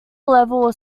level